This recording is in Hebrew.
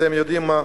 אתם יודעים מה?